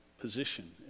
position